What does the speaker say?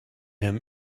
him